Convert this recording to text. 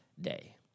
day